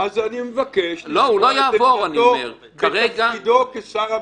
אז אני מבקש לשמוע את עמדתו בתפקידו כשר הביטחון.